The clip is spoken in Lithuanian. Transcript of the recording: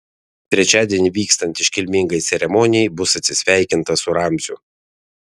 trečiadienį vykstant iškilmingai ceremonijai bus atsisveikinta su ramziu